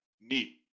neat